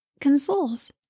consoles